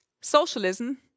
Socialism